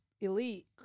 Elite